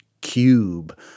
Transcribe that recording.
cube